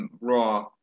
Raw